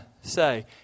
say